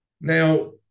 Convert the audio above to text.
Now